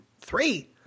Three